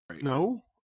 No